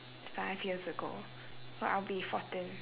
five years ago !wow! I'll be fourteen